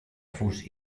fus